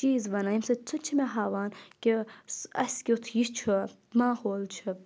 چیٖز وَنان ییٚمہِ سۭتۍ سُہ تہِ چھُ مےٚ ہاوان کہِ اَسہِ کیُتھ یہِ چھُ ماحول چھُ